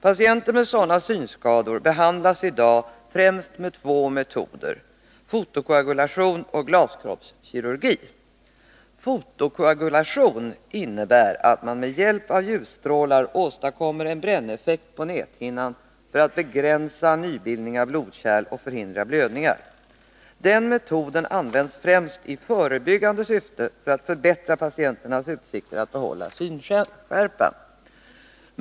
Patienter med sådana synskador behandlas i dag främst med två metoder — fotokoagulation och glaskroppskirurgi. Fotokoagulation innebär att man med hjälp av ljusstrålar åstadkommer en bränneffekt på näthinnan för att begränsa nybildning av blodkärl och förhindra blödningar. Den metoden används främst i förebyggande syfte för att förbättra patienternas utsikter att behålla synskärpan.